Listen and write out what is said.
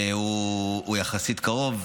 הוא יחסית קרוב.